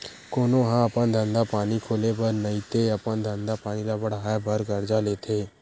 कोनो ह अपन धंधा पानी खोले बर नइते अपन धंधा पानी ल बड़हाय बर करजा लेथे